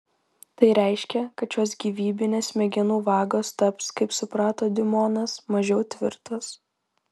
tai reiškia kad šios gyvybinės smegenų vagos taps kaip suprato diumonas mažiau tvirtos